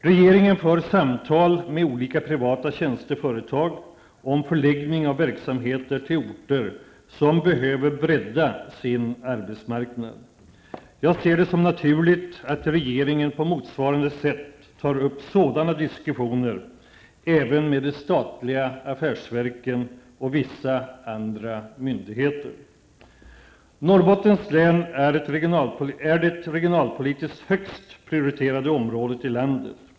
Regeringen för samtal med olika privata tjänsteföretag om förläggning av verksamheter till orter som behöver bredda sin arbetsmarknad. Jag ser det som naturligt att regeringen på motsvarande sätt tar upp sådana diskussioner även med de statliga affärsverken och vissa andra myndigheter. Norrbottens län är det regionalpolitiskt högst prioriterade området i landet.